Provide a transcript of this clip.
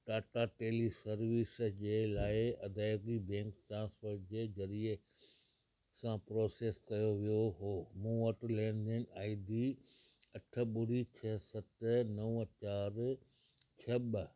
Tata teleservices जे लाइ अदायगी बैंक ट्रांसफ़र जे ज़रिये सां प्रोसेस कयो वियो हो मूं वटि लेनदेन आई डी अठ ॿुड़ी छह सत नव चार छह ॿ